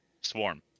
swarm